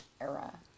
era